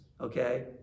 okay